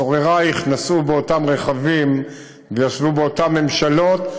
סוררייך, נסעו באותם רכבים וישבו באותן ממשלות,